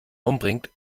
umbringt